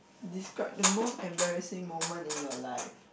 describe the most embarrassing moment in your life